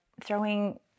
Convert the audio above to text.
throwing